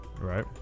right